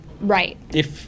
Right